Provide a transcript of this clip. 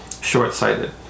short-sighted